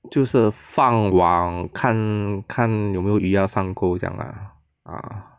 就是放网看看有没有鱼 just 上沟这样 lah ah